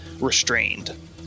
restrained